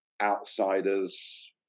outsiders